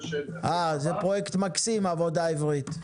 אה, זה פרויקט מקסים "עבודה עברית".